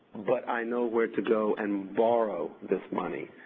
but i know where to go and borrow this money.